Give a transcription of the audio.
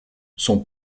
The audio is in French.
son